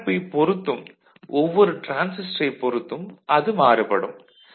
தயாரிப்பைப் பொறுத்தும் ஒவ்வொரு டிரான்சிஸ்டரைப் பொறுத்தும் மாறுபடும்